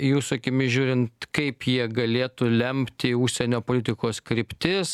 jūsų akimis žiūrint kaip jie galėtų lemti užsienio politikos kryptis